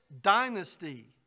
dynasty